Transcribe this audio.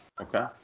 Okay